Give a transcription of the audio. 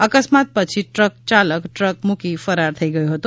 અકસ્માત પછી ટ્રક ચાલક ટ્રક મુકી ફરાર થઇ ગયો હતો